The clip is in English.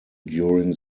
during